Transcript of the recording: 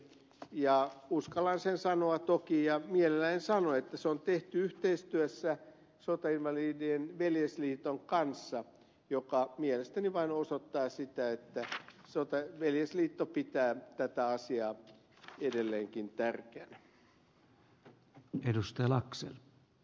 ja uskallan sen sanoa toki ja mielelläni sanon että se on tehty yhteistyössä sotainvalidien veljesliiton kanssa mikä mielestäni vain osoittaa sitä että veljesliitto pitää tätä asiaa edelleenkin tärkeänä